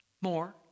More